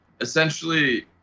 essentially